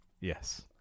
Yes